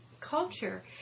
culture